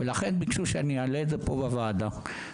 ביקשו שאעלה את זה פה בוועדה.